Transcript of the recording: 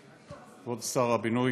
כבוד שר הבינוי,